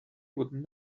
would